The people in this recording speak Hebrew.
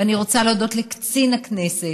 אני רוצה להודות לקצין הכנסת,